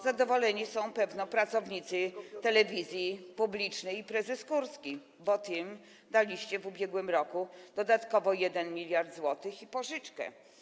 Zadowoleni są pewnie pracownicy telewizji publicznej i prezes Kurski, bo tym daliście w ubiegłym roku dodatkowo 1 mld zł i pożyczkę.